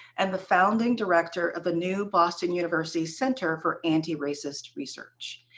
and the founding director of a new boston university center for anti-racist research.